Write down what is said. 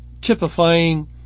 typifying